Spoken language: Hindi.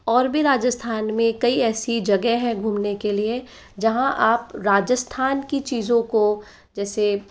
और भी राजस्थान में कई ऐसी जगह है घूमने के लिए जहाँ आप राजस्थान की चीज़ों को जैसे